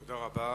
תודה רבה.